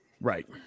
right